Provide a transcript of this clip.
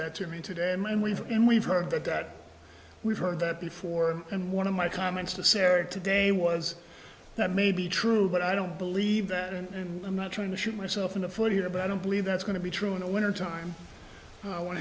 that to me today and we've been we've heard that that we've heard that before and one of my comments to sarah today was that maybe true but i don't believe that and i'm not trying to shoot myself in the foot here but i don't believe that's going to be true in a winter time